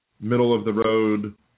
middle-of-the-road